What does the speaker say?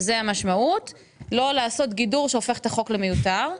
זו המשמעות; לא לעשות גידור שהופך את החוק למיותר.